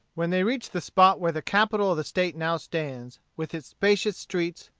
when they reached the spot where the capital of the state now stands, with its spacious streets,